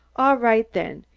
all right, then,